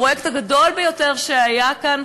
הפרויקט הגדול ביותר שהיה כאן,